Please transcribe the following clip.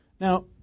now